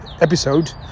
episode